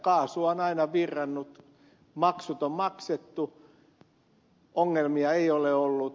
kaasua on aina virrannut maksut on maksettu ongelmia ei ole ollut